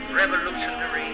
revolutionary